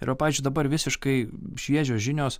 yra pavyzdžiui dabar visiškai šviežios žinios